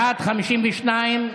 בעד, 52,